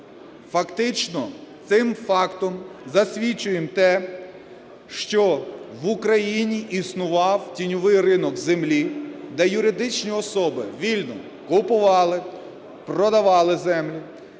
Фактично цим фактом засвідчуємо те, що в Україні існував тіньовий ринок землі, де юридичні особи вільно купували, продавали землі